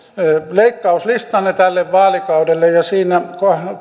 leikkauslistanne tälle vaalikaudelle siinä